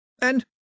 And